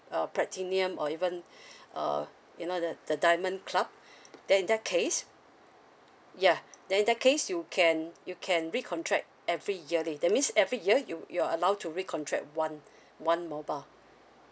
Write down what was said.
uh platinum or even uh you know the the diamond club then in that case yeah then in that case you can you can recontract every yearly that means every year you you are allow to recontract one one mobile